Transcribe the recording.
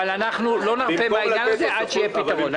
אבל אנחנו לא נרפה מן העניין הזה עד שיהיה פתרון.